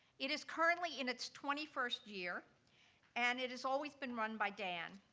it is currently in its twenty first year and it has always been run by dan.